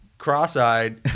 cross-eyed